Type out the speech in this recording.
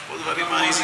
יש פה דברים מעניינים.